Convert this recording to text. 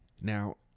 Now